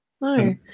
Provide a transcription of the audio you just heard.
No